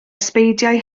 ysbeidiau